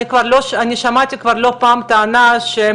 אני שמעתי כבר לא פעם את הטענה שהם